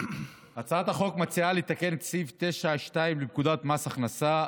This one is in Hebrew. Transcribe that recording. הצעת החוק מציעה לתקן את סעיף 9(2) לפקודת מס הכנסה,